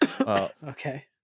Okay